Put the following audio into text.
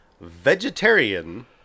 vegetarian